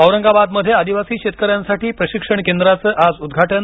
औरंगाबादमध्ये आदिवासी शेतकऱ्यांसाठी प्रशिक्षण केंद्राचं आज उद्घाटन